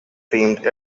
themed